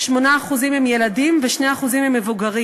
8% הם ילדים ו-2% הם מבוגרים.